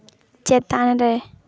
ᱪᱮᱛᱟᱱ ᱨᱮ